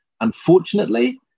unfortunately